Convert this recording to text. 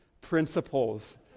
principles